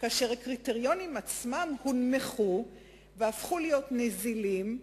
כאשר הקריטריונים עצמם הונמכו והפכו להיות נזילים,